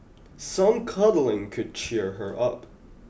some cuddling could cheer her up